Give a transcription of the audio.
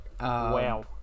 wow